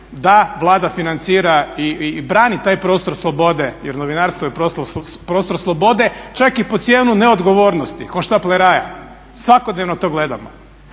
Da Vlada financira i brani taj prostor slobode jer novinarstvo je prostor slobode čak i pod cijenu neodgovornosti, hohštapleraja. Svakodnevno to gledamo.